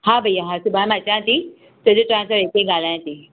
हा भईया हा सुभाणे मां अचां थी सॼो तव्हां सां हिते ई ॻाल्हायां थी